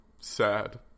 sad